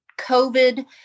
COVID